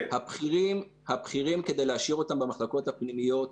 הבכירים, כדי להשאיר אותם במחלקות הפנימיות,